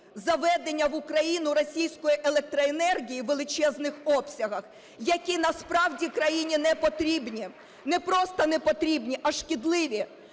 заведення в Україну російської електроенергії в величезних обсягах, які насправді країні не потрібні. Не просто не потрібні, а шкідливі.